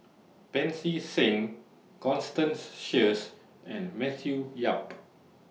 Pancy Seng Constance Sheares and Matthew Yap